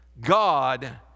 God